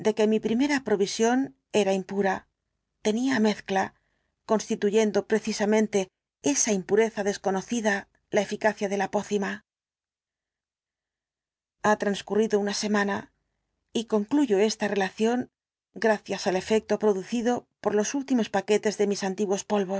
que mi primera provisión era impura tenía mezcla constituyendo precisamente esa impureza desconocida la eficacia de la pócima ha transcurrido una semana y concluyo esta relación gracias al efecto producido por los últimos paquetes de mis antiguos